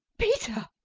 peter!